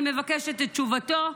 אני מבקשת את תשובתו.